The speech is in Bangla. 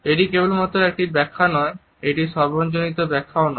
এটি কেবলমাত্র একটি ব্যাখ্যা নয় এটি সর্বজনগৃহীত ব্যাখ্যাও নয়